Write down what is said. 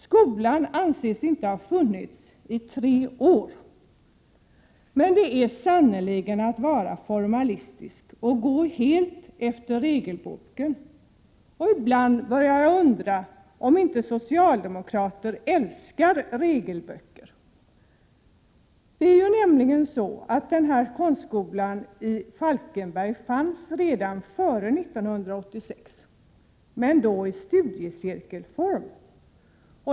Skolan anses nämligen inte ha funnits i tre år. Men det är sannerligen att vara formalistisk och att helt gå efter regelboken. Ibland undrar jag om inte socialdemokrater älskar regelböcker. Denna skola i Falkenberg fanns ju redan före 1986, men då i studiecirkelform.